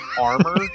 armor